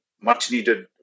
much-needed